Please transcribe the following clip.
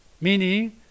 Meaning